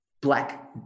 black